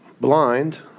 blind